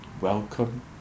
welcome